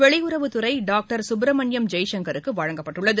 வெளியுறவுத்துறை டாக்டர் சுப்ரமணியம் ஜெய்சங்கருக்கு வழங்கப்பட்டுள்ளது